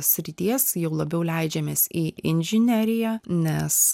srities jau labiau leidžiamės į inžineriją nes